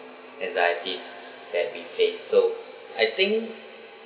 anxiety that became so I think